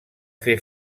fer